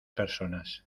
personas